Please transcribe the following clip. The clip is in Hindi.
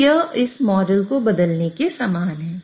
तो यह इस मॉडल को बदलने के समान है